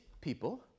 people